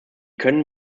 können